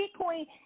Bitcoin